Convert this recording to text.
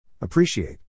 Appreciate